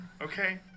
Okay